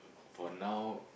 for now